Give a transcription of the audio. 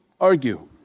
argue